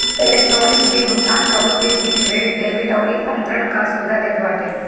electronic bill भुगतान कवनो भी बिल, क्रेडिट, डेबिट अउरी अंतरण कअ सुविधा देत बाटे